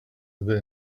that